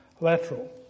lateral